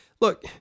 Look